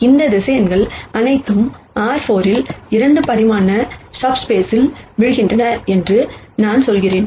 எனவே இந்த வெக்டர்ஸ் அனைத்தும் R4 இல் 2 பரிமாண சப்ஸ்பேஸ் இல் விழுகின்றன என்று நான் சொல்கிறேன்